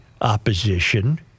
opposition